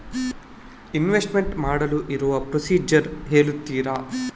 Investment ಮಾಡಲು ಇರುವ procedure ಹೇಳ್ತೀರಾ?